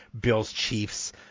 Bills-Chiefs